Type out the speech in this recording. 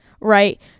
right